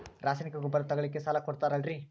ರಾಸಾಯನಿಕ ಗೊಬ್ಬರ ತಗೊಳ್ಳಿಕ್ಕೆ ಸಾಲ ಕೊಡ್ತೇರಲ್ರೇ?